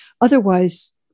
Otherwise